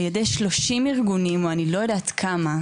על ידי 30 ארגונים או אני לא יודעת כמה,